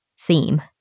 theme